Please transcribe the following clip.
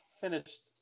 finished